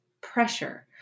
pressure